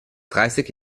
dreißig